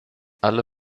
alle